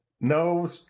No